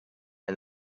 and